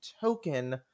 token